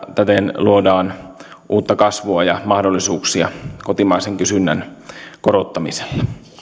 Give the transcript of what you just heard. täten luodaan uutta kasvua ja mahdollisuuksia kotimaisen kysynnän korottamisella